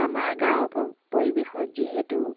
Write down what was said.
আমাৰ গাঁৱৰ পৰিৱেশত যিহেতু